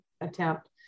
attempt